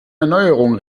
erneuerung